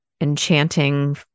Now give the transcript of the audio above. enchanting